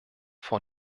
vor